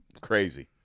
crazy